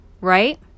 Right